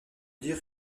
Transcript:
dire